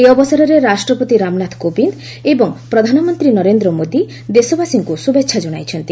ଏହି ଅବସରରେ ରାଷ୍ଟ୍ରପତି ରାମନାଥ କୋବିନ୍ଦ ଏବଂ ପ୍ରଧାନମନ୍ତ୍ରୀ ନରେନ୍ଦ୍ର ମୋଦି ଦେଶବାସୀଙ୍କୁ ଶୁଭେଛା ଜଣାଇଛନ୍ତି